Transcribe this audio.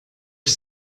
ich